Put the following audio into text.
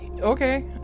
okay